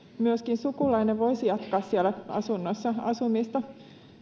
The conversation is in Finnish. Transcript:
myöskin sukulainen voisi jatkaa siellä asunnossa asumista